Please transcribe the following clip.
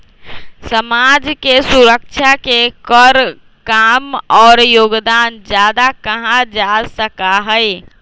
समाज के सुरक्षा के कर कम और योगदान ज्यादा कहा जा सका हई